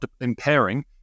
impairing